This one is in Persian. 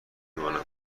مانم